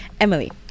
Emily